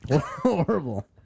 horrible